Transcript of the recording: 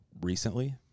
recently